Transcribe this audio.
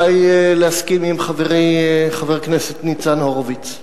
עלי להסכים עם חברי חבר הכנסת ניצן הורוביץ.